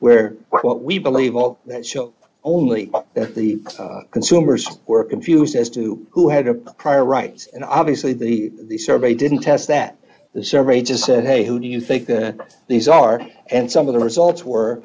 where what we believe all that show only that the consumers were d confused as to who had a prior rights and obviously the survey didn't test that the survey just said hey who do you think these are and some of the results were